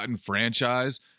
franchise